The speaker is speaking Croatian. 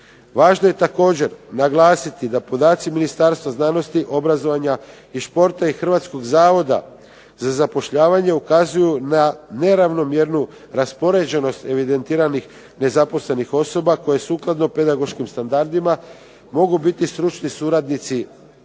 Važno je također naglasiti da podaci Ministarstva znanosti, obrazovanja i športa i Hrvatskog zavoda za zapošljavanje ukazuju na neravnomjernu raspoređenost evidentiranih nezaposlenih osoba koje sukladno pedagoškim standardima mogu biti stručni suradnici